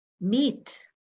meet